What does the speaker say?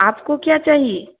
आपको क्या चाहिए